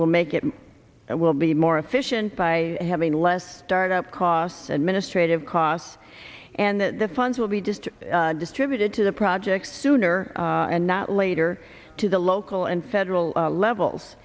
will make it will be more efficient by having less start up costs administrative costs and the funds will be just distributed to the projects sooner and not later to the local and federal levels